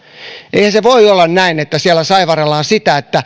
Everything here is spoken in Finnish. eihän se voi olla näin että siellä saivarrellaan siitä